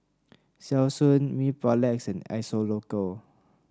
Selsun Mepilex and Isocal